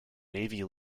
navy